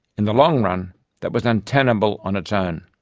in the long run that was untenable on its own,